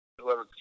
whoever